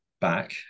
back